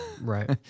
Right